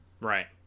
Right